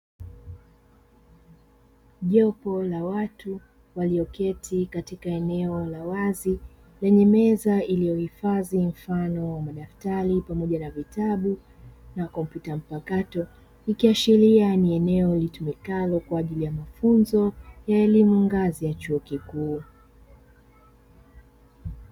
Jopo la watu walioketi katika eneo la wazi lenye meza iliyohifadhi mfano wa madaftari pamoja na vitabu na kompyuta mpakato, ikiashiria ni eneo litumikalo kwa ajili ya mafunzo ya elimu ngazi ya chuo kikuu.